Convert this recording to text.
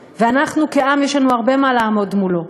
ואנחנו, כעם, יש לנו הרבה מה לעמוד מולו.